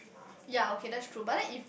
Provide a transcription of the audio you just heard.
yea okay that's true but then if